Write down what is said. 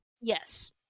Yes